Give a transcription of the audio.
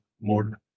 more